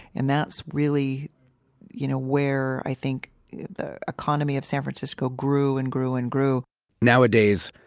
and that's really you know where i think the economy of san francisco grew, and grew, and grew nowadays,